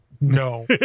no